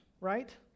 right